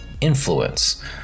influence